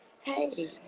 hey